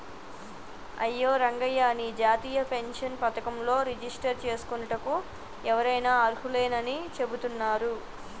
అయ్యో రంగయ్య నీ జాతీయ పెన్షన్ పథకంలో రిజిస్టర్ చేసుకోనుటకు ఎవరైనా అర్హులేనని చెబుతున్నారు